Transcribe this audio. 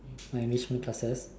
or enrichment classes